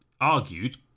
argued